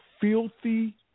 filthy